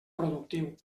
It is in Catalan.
productiu